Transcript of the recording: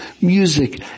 music